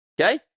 okay